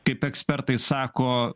kaip ekspertai sako